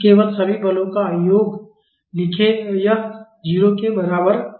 तो केवल सभी बलों का योग लिखें और वह 0 के बराबर होगा